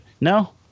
no